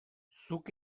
zuk